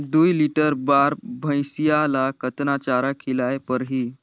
दुई लीटर बार भइंसिया ला कतना चारा खिलाय परही?